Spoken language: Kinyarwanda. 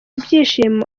byishimo